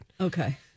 okay